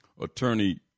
Attorney